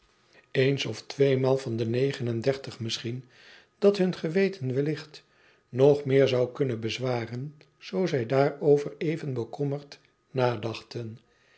eens of tweemaal van de negen en dertig misschien dat hun geweten wellicht nog meer zou kunnen bezwaren zoo zij daarover even bekommerd nadachten